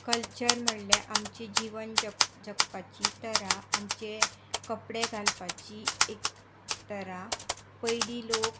culture म्हणल्यार आमची जीवन जप जगपाची तरा आमचे कपडे घालपाची एक तरा पयलीं लोक